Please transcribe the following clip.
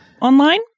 online